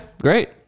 great